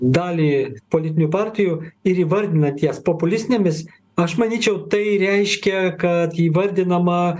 dalį politinių partijų ir įvardinat jas populistinėmis aš manyčiau tai reiškia kad įvardinama